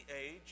age